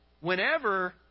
whenever